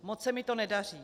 Moc se mi to nedaří.